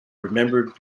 remembered